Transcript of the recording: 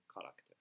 character